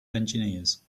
engineers